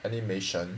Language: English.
animation